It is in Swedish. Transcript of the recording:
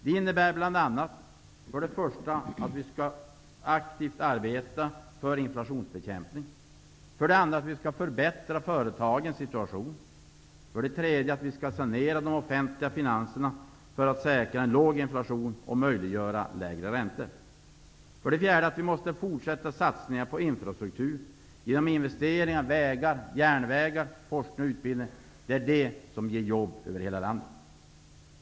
Det innebär: 1.att vi skall aktivt arbeta med inflationsbekämpning, 2.att vi skall förbättra företagens situation, 3.att vi skall sanera de offentliga finanserna för att säkra en låg inflation och möjliggöra lägre räntor, och 4.att vi skall fortsätta satsa på infrastruktur genom investeringar i vägar, järnvägar, forskning och utbildning; det ger jobb över hela landet.